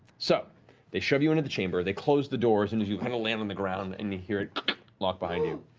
so they shove you into the chamber. they close the door. and you kind of land on the ground and you hear it lock behind you.